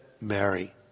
Mary